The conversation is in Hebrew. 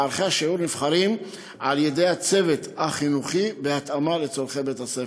מערכי השיעור נבחרים על-ידי הצוות החינוכי בהתאמה לצורכי בית-הספר.